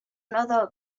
another